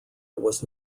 was